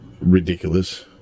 ridiculous